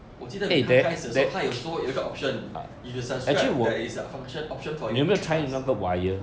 我记得他开始的时候他有多有一个 option if you subscribe there is function option for you to pass